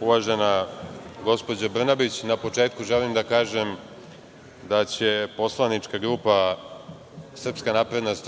uvažena gospođo Brnabić, na početku želim da kažem da će poslanička grupa SNS